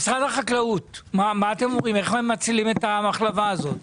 משרד החקלאות איך מצילים את המחלבה הזאת?